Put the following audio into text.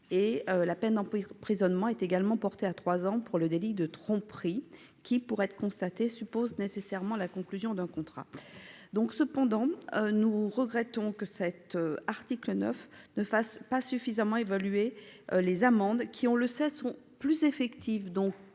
La peine d'emprisonnement est également portée à trois ans pour le délit de tromperie, qui, pour être constaté, suppose nécessairement la conclusion d'un contrat. Toutefois, nous regrettons que l'article 9 ne fasse pas suffisamment évoluer les amendes, qui sont plus effectives, donc plus dissuasives,